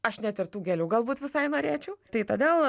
aš net ir tų gėlių galbūt visai norėčiau tai todėl